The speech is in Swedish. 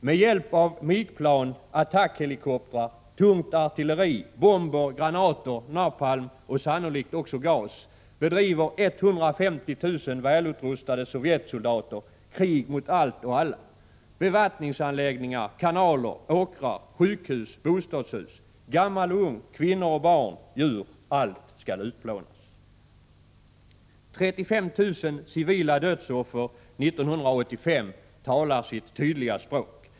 Med hjälp av MiG-plan, attackhelikoptrar, tungt artilleri, bomber, granater, napalm och sannolikt också gas bedriver 150 000 välutrustade Sovjetsoldater krig mot allt och alla: bevattningsanläggningar, kanaler, åkrar, sjukhus, bostadshus, gammal och ung, kvinnor och barn, djur — allt skall utplånas. 35 000 civila dödsoffer år 1985 talar sitt tydliga språk.